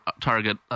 target